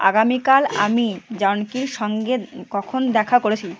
আগামীকাল আমি জানকীর সঙ্গে কখন দেখা করেছি